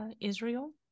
Israel